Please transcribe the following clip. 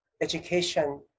education